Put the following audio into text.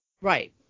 Right